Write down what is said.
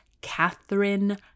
Catherine